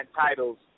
titles